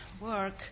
work